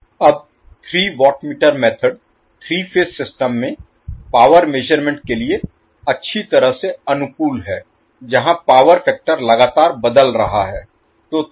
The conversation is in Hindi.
अब 3 watt meter method 3 phase system में पावर मेज़रमेंट के लिए अच्छी तरह से अनुकूल है जहां पावर फैक्टर लगातार बदल रहा है